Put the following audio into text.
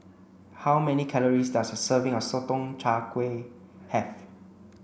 how many calories does a serving of Sotong Char Kway have